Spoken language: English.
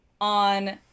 on